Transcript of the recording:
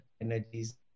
energies